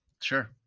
Sure